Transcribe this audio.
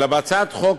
אלא בהצעת חוק